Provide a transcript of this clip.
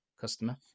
customer